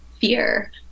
fear